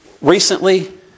recently